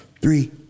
three